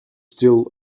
still